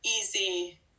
easy